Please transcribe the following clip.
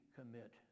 commit